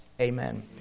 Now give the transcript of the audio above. Amen